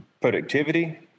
productivity